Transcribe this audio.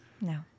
no